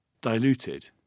diluted